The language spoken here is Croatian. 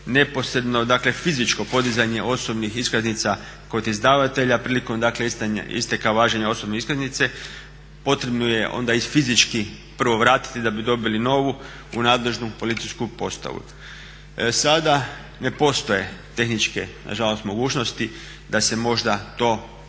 neposredno, dakle fizičko podizanje osobnih iskaznica kod izdavatelja prilikom isteka važenja osobne iskaznice, potrebno je fizički prvo vratiti da bi dobili novu u nadležnu policijsku postaju. Sada ne postoje tehničke nažalost mogućnost da se možda to na